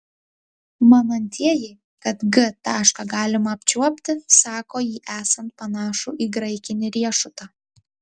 manantieji kad g tašką galima apčiuopti sako jį esant panašų į graikinį riešutą